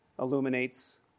illuminates